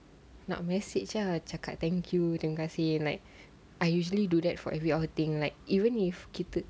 nak message ah cakap thank you terima kasih like I usually do that for every outing like even if kita